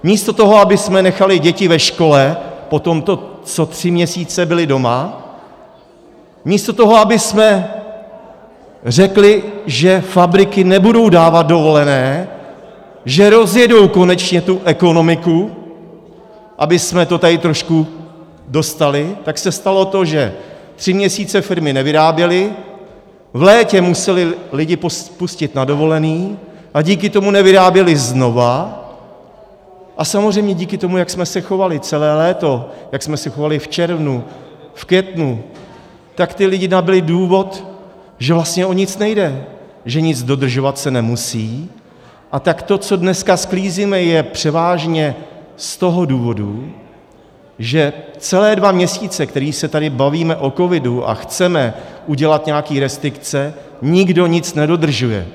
Místo toho, abychom nechali děti ve škole poté, co tři měsíce byly doma, místo toho, abychom řekli, že fabriky nebudou dávat dovolené, že rozjedou konečně tu ekonomiku, abychom to tady trošku dostali, tak se stalo to, že tři měsíce firmy nevyráběly, v létě musely lidi pustit na dovolené a díky tomu nevyráběly znova, a samozřejmě díky tomu, jak jsme se chovali celé léto, jak jsme se chovali v červnu, v květnu, tak ti lidé nabyli důvod, že vlastně o nic nejde, že nic se dodržovat nemusí, a tak to, co dneska sklízíme, je převážně z toho důvodu, že celé dva měsíce, které se tady bavíme o covidu, a chceme dělat nějaké restrikce, nikdo nic nedodržuje.